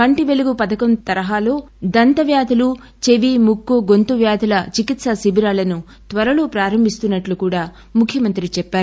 కంటి పెలుగు తరహాలో దంత చెవి ముక్కు గొంతు వ్యాధుల చికిత్స శిబిరాలను త్వరలో ప్రారంబిస్తున్నట్టు కూడా ముఖ్యమంత్రి చెప్పారు